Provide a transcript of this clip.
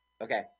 Okay